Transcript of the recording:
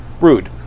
rude